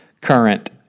current